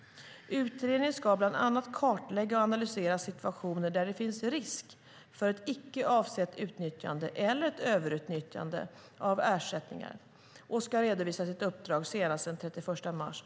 Utredningen ska bland annat kartlägga och analysera situationer där det finns risk för ett icke avsett utnyttjande eller ett överutnyttjande av ersättningar och ska redovisa sitt uppdrag senast den 31 mars 2014.